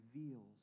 reveals